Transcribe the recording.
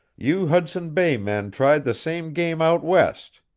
you hudson bay men tried the same game out west.